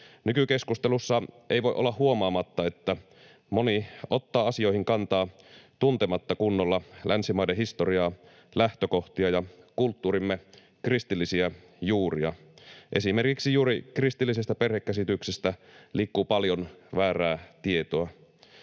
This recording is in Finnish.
Nykykeskustelussa ei voi olla huomaamatta, että moni ottaa asioihin kantaa tuntematta kunnolla länsimaiden historiaa, lähtökohtia ja kulttuurimme kristillisiä juuria. Esimerkiksi juuri kristillisestä perhekäsityksestä liikkuu paljon väärää tietoa.